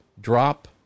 drop